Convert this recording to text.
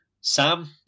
Sam